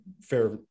fair